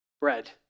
bread